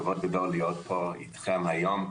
זה כבוד גדול להיות פה איתכם היום.